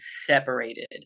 separated